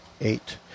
eight